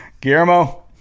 Guillermo